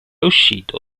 uscito